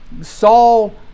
Saul